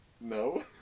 No